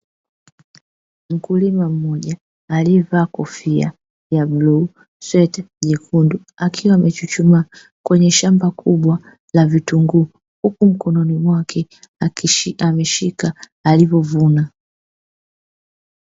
Mkulima mmoja aliyevaa kofia ya bluu, sweta jekundu, akiwa amechuchumaa kwenye shamba kubwa la vitunguu, huku mkononi mwake ameshika alivyovuna.